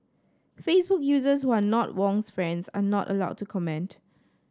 Facebook users who are not Wong's friends are not allowed to comment